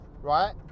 right